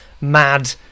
mad